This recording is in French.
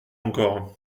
encore